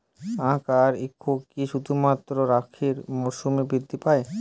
আখ বা ইক্ষু কি শুধুমাত্র খারিফ মরসুমেই বৃদ্ধি পায়?